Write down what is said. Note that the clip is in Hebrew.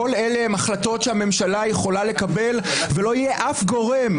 כל אלה הן החלטות שהממשלה יכולה לקבל ולא יהיה אף גורם,